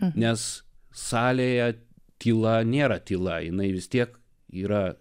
nes salėje tyla nėra tyla jinai vis tiek yra